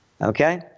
Okay